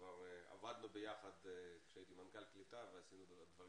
כבר עבדנו ביחד עת הייתי מנכ"ל משרד הקליטה ועשינו דברים